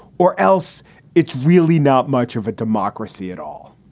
or else it's really not much of a democracy at all.